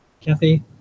Kathy